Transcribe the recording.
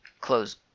close